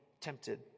tempted